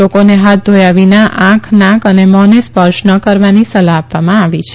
લોકોને હાથ ધોયા વિના આંખ નાક અને મ્ફોને સ્પર્શ ન કરવાની સલાહ્ આપવામાં આવી છે